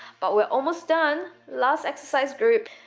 but we're almost done last exercise group.